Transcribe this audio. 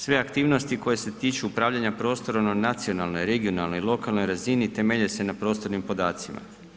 Sve aktivnosti koje se tiču upravljanja prostorom na nacionalnoj, regionalnoj i lokalnoj razini temelje se na prostornim podacima.